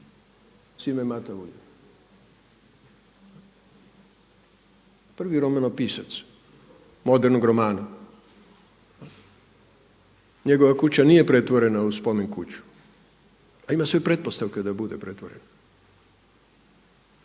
Sime Matavulj, prvi romanopisac modernog romana. Njegova kuća nije pretvorena u spomen kuću, a ima sve pretpostavke da bude pretvorena.